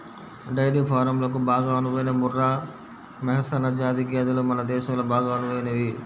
dairy ఫారంలకు బాగా అనువైన ముర్రా, మెహసనా జాతి గేదెలు మన దేశంలో బాగా అనువైనవి